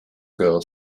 girl